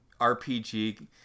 rpg